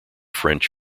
french